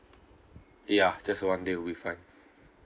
ya just one day would be fine